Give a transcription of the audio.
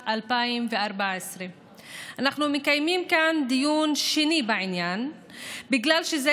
2014. אנחנו מקיימים כאן דיון שני בעניין בגלל שזה